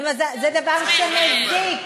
זה דבר שמזיק,